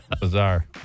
Bizarre